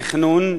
תכנון,